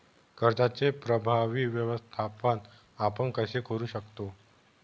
कर्जाचे प्रभावी व्यवस्थापन आपण कसे करु शकतो?